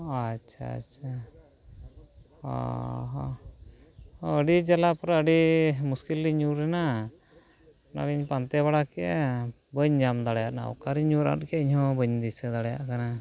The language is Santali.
ᱟᱪᱪᱷᱟ ᱟᱪᱪᱷᱟ ᱚᱼᱦᱚ ᱟᱹᱰᱤ ᱡᱟᱞᱟ ᱛᱚᱵᱮ ᱟᱹᱰᱤ ᱢᱩᱥᱠᱤᱞ ᱨᱮᱞᱤᱧ ᱧᱩᱨᱮᱱᱟ ᱱᱚᱜᱼᱚᱭ ᱤᱧ ᱯᱟᱱᱛᱮ ᱵᱟᱲᱟ ᱠᱮᱫᱼᱟ ᱵᱟᱹᱧ ᱧᱟᱢ ᱫᱟᱲᱮᱭᱟᱫᱟ ᱚᱠᱟᱨᱮᱧ ᱧᱩᱨ ᱟᱫ ᱠᱮᱫᱟ ᱤᱧᱦᱚᱸ ᱵᱟᱹᱧ ᱫᱤᱥᱟᱹ ᱫᱟᱲᱮᱭᱟᱜ ᱠᱟᱱᱟ